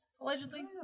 allegedly